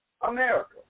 America